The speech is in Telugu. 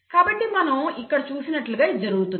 కాబట్టి మనం ఇక్కడ చూసినట్లుగా ఇది జరుగుతుంది